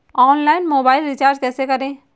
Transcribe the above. Online mobile recharge कैसे करें?